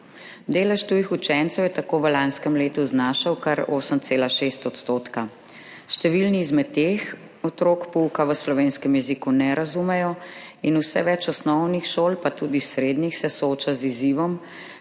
Delež tujih učencev je tako v lanskem letu znašal, kar 8,6 %. Številni izmed teh otrok pouka v slovenskem jeziku ne razumejo in vse več osnovnih šol pa tudi srednjih se sooča z izzivom,